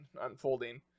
unfolding